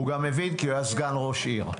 הוא גם מבין, כי הוא היה סגן ראש עיר.